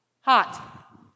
Hot